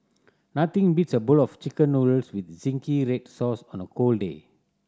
nothing beats a bowl of Chicken Noodles with red sauce on a cold day